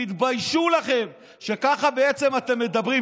תתביישו לכם שככה אתם מדברים.